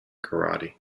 karate